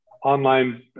online